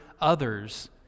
others